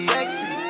Sexy